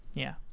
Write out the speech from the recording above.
yeah.